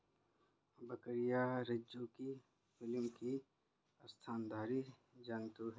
बकरियाँ रज्जुकी फाइलम की स्तनधारी जन्तु है